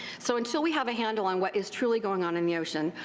so until we have a handle on what is truly going on in the ocean,